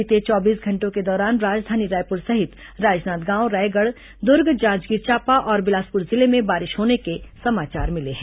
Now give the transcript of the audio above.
बीते चौबीस घंटों के दौरान राजधानी रायपुर सहित राजनांदगांव रायगढ़ दुर्ग जांजगीर चांपा और बिलासपुर जिले में बारिश होने के समाचार मिले हैं